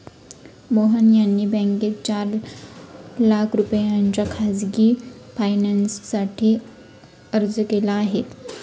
मोहन यांनी बँकेत चार लाख रुपयांच्या खासगी फायनान्ससाठी अर्ज केला आहे